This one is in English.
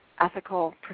ethical